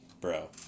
bro